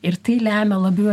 ir tai lemia labiau